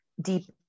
deep